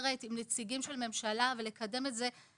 מסודרת עם נציגים של הממשלה ולקדם את זה עם